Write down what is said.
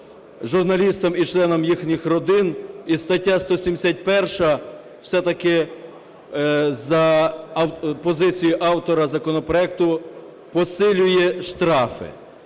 журналістам і членам їхніх родин. І стаття 171 все-таки, за позицією автора законопроекту, посилює штрафи.